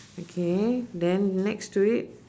okay then next to it